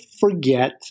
forget